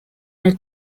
nel